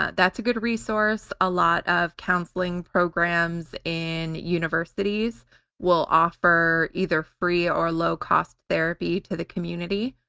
ah that's a good resource. a lot of counseling programs in universities will offer either free or low-cost therapy to the community